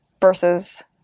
versus